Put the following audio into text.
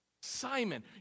Simon